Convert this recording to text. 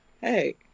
hey